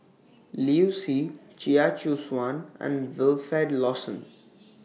Liu Si Chia Choo Suan and Wilfed Lawson